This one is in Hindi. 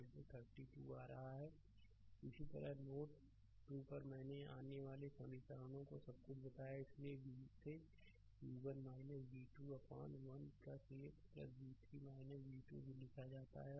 स्लाइड समय देखें 2354 इसी तरह नोड 2 पर मैंने आने वाले सभी समीकरणों को सब कुछ बताया इसलिए इसे v1 b 2 अपान 1 8 v3 v2 पर भी लिखा जाता है